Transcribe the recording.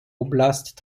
oblast